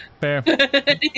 Fair